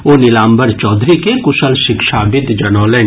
ओ नीलाम्बर चौधरी के कुशल शिक्षाविद जनौलनि